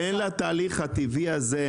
אז תן לתהליך הטבעי הזה,